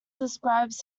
describes